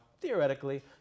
theoretically